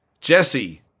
Jesse